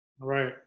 Right